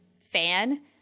fan